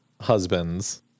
husbands